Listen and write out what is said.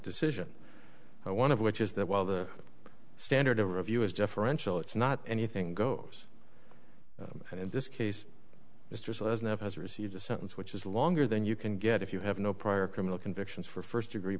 decision one of which is that while the standard of review is differential it's not anything goes and in this case it's just as if as received a sentence which is longer than you can get if you have no prior criminal convictions for first degree